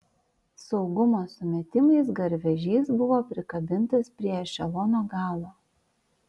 saugumo sumetimais garvežys buvo prikabintas prie ešelono galo